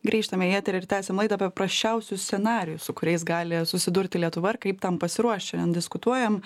grįžtam į eterį ir tęsiam laidą apie prasčiausius scenarijus su kuriais gali susidurti lietuva ir kaip tam pasiruošt šiandien diskutuojam